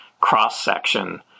cross-section